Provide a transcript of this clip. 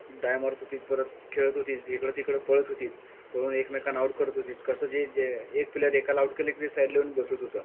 डाय मारत होती परत खेळत होती इकडं तिकडं पळत होती पळून एकमेकांना आऊट करत होती कसं जे जे एक प्लेअर एकाला आऊट केले की ते साईडला येऊन बसत होतं